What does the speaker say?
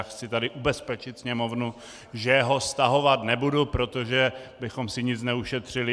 Chci tady ubezpečit Sněmovnu, že ho stahovat nebudu, protože bychom si nic neušetřili.